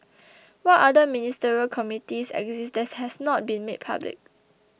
what other ministerial committees exist that has not been made public